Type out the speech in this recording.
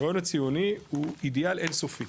הרעיון הציוני הוא אידיאל אינסופי